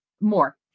more